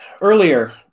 Earlier